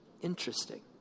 interesting